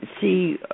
see